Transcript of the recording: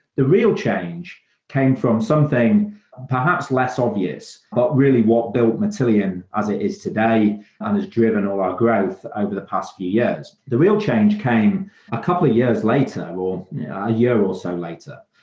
the real change came from something perhaps less obvious, but really what built matillion as it is today and has driven all our growth over the past few years. the real change came a couple of years later or a year or so later.